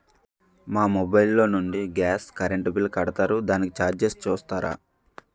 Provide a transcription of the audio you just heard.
మా మొబైల్ లో నుండి గాస్, కరెన్ బిల్ కడతారు దానికి చార్జెస్ చూస్తారా?